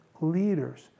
leaders